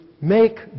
Make